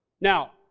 Now